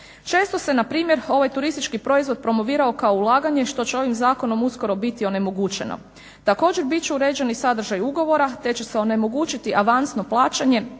Često se npr. ovaj turistički proizvod promovirao kao ulaganje, što će ovim zakonom uskoro biti onemogućeno. Također, bit će uređeni sadržaji ugovora, te će se onemogućit avansno plaćanje,